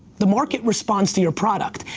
the market responds to your product,